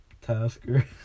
Tasker